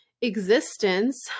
existence